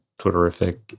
Twitterific